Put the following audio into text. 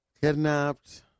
kidnapped